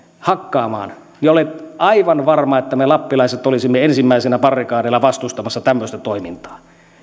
hakkaamaan niin olen aivan varma että me lappilaiset olisimme ensimmäisenä barrikadeilla vastustamassa tämmöistä toimintaa